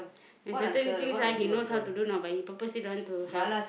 and certain things he knows how to do lah but he purposely don't want to help